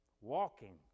walking